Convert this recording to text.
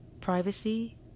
Privacy